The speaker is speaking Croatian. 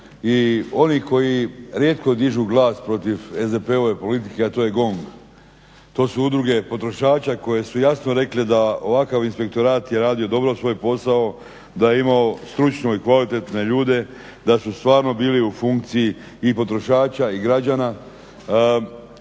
i oni koji rijetko dižu glas protiv SDP-ove politike, a to je GONG, to su udruge potrošača koje su jasno rekle da ovakav inspektorat je radio dobro svoj posao, da je imao stručne i kvalitetne ljude, da su stvarno bili u funkciji i potrošača i građana,